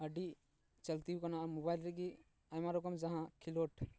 ᱟᱹᱰᱤ ᱪᱟᱹᱞᱛᱤ ᱟᱠᱟᱱᱟ ᱢᱳᱵᱟᱭᱤᱞ ᱨᱮᱜᱮ ᱟᱭᱢᱟ ᱨᱚᱠᱚᱢ ᱡᱟᱦᱟᱸ ᱠᱷᱮᱞᱳᱰ